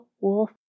wolf